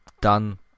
done